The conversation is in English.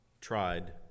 tried